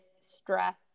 stress